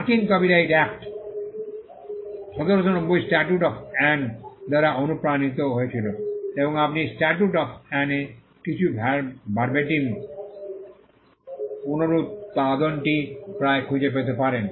মার্কিন copyright act 1790 statute of Anne দ্বারা অনুপ্রাণিত হয়েছিল এবং আপনি স্ট্যাটুট অফ অ্যান এ কিছু ভারব্যাটিম পুনরুত্পাদনটি প্রায় খুঁজে পেতে পারেন